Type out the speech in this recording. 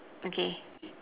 okay